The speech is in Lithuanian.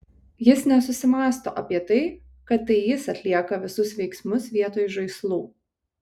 jis nesusimąsto apie tai kad tai jis atlieka visus veiksmus vietoj žaislų